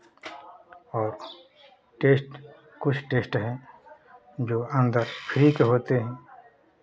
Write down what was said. और टेस्ट कुछ टेस्ट हैं जो अन्दर फ्री के होते हैं